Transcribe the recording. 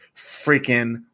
freaking